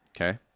okay